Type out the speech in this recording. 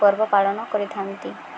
ପର୍ବ ପାଳନ କରିଥାନ୍ତି